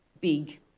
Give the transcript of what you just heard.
big